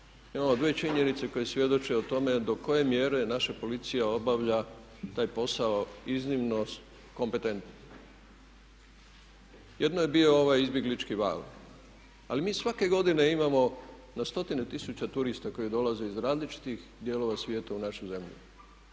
Imamo dvije činjenice koje svjedoče o tome do koje mjere naša policija obavlja taj posao iznimno kompetentno. Jedno je bio ovaj izbjeglički val. Ali mi svake godine imamo na stotine tisuća turista koji dolaze iz različitih dijelova svijeta u našu zemlju